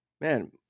man